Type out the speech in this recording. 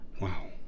Wow